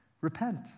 repent